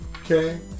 okay